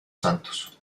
santos